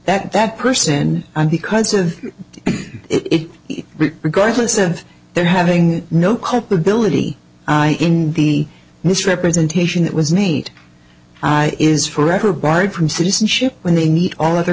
that that person because of it regardless of their having no culpability in the misrepresentation that was neat is forever barred from citizenship when they need all other